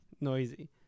Noisy